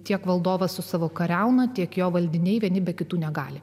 tiek valdovas su savo kariauna tiek jo valdiniai vieni be kitų negali